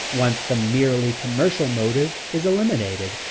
once the merely commercial motive is eliminated,